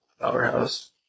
powerhouse